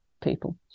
people